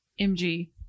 mg